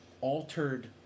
altered